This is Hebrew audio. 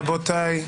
רבותיי,